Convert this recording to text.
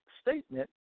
statement